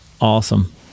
awesome